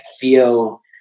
feel